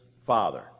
father